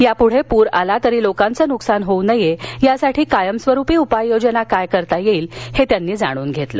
यापुढे पूर आला तरी लोकांचे नुकसान होऊ नये यासाठी कायमस्वरूपी उपाययोजना काय करता येईल हे त्यांनी जाणून घेतलं